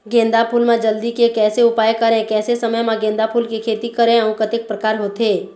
गेंदा फूल मा जल्दी के कैसे उपाय करें कैसे समय मा गेंदा फूल के खेती करें अउ कतेक प्रकार होथे?